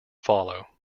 follow